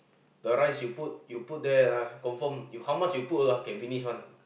the rice you put you put there lah confirm you how much you put lah can finish [one]